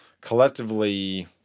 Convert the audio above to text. collectively